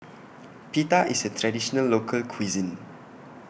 Pita IS A Traditional Local Cuisine